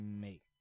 make